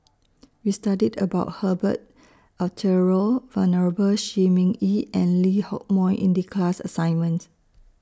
We studied about Herbert Eleuterio Venerable Shi Ming Yi and Lee Hock Moh in The class assignment